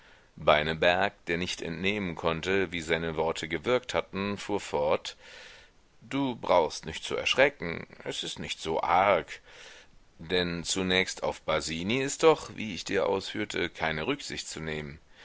beineberg der nicht entnehmen konnte wie seine worte gewirkt hatten fuhr fort du brauchst nicht zu erschrecken es ist nicht so arg denn zunächst auf basini ist doch wie ich dir ausführte keine rücksicht zu nehmen